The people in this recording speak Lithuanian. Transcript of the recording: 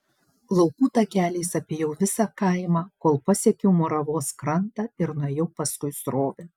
laukų takeliais apėjau visą kaimą kol pasiekiau moravos krantą ir nuėjau paskui srovę